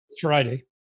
Friday